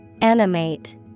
Animate